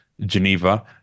Geneva